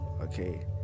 okay